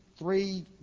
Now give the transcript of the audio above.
Three